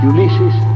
Ulysses